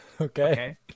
Okay